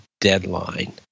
deadline